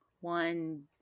one